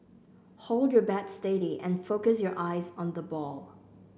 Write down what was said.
hold your bat steady and focus your eyes on the ball